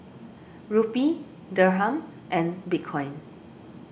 Rupee Dirham and Bitcoin